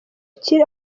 kiri